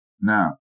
Now